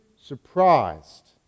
surprised